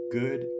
good